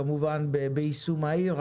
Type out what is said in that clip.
כמובן ביישום מהיר,